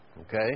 Okay